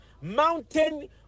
mountain